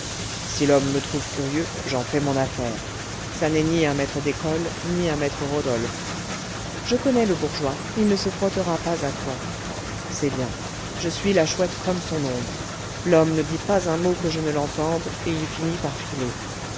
si l'homme me trouve curieux j'en fais mon affaire ça n'est ni un maître d'école ni un maître rodolphe je connais le bourgeois il ne se frottera pas à toi c'est bien je suis la chouette comme son ombre l'homme ne dit pas un mot que je ne l'entende et il finit par filer